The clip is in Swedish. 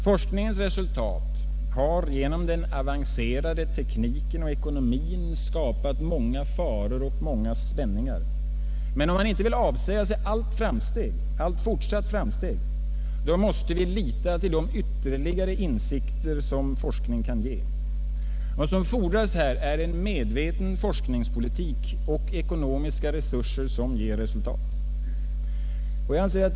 Forskningens resultat har gengm den avancerade tekniken och ekonomin skapat många faror och spänningar, men om vi inte vill avsäga oss allt fortsatt framsteg måste vi lita till de insikter ytterligare forskning kan ge. Vad som fordras är en medveten forskningspolitik och ekonomiska resurser som ger resultat.